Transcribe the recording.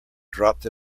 dropped